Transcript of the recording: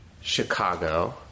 Chicago